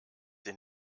sie